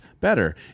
better